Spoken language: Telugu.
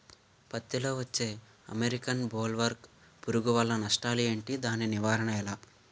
పత్తి లో వచ్చే అమెరికన్ బోల్వర్మ్ పురుగు వల్ల నష్టాలు ఏంటి? దాని నివారణ ఎలా?